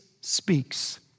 speaks